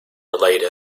relate